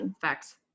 Facts